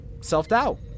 self-doubt